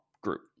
group